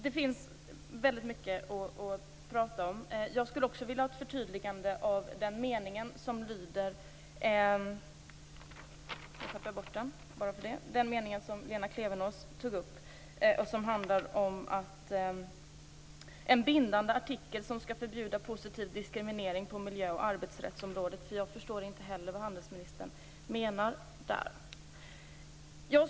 Det finns väldigt mycket att prata om. Jag skulle också vilja ha ett förtydligande av den mening som Lena Klevenås tog upp, om "en bindande artikel som skall förbjuda positiv diskriminering på miljö och arbetsrättsområdet". Jag förstår inte heller vad handelsministern menar med det.